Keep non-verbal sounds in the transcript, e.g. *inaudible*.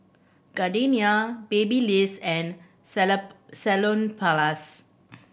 Gardenia Babyliss and *unintelligible* Salonpas